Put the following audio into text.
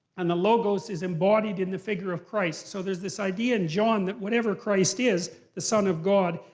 and the logos is embodied in the figure of christ. so there's this idea in john that whatever christ is, the son of god,